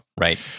right